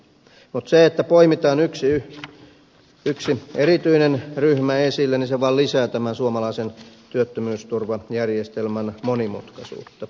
mutta se että poimitaan yksi erityinen ryhmä esille vain lisää tämän suomalaisen työttömyysturvajärjestelmän monimutkaisuutta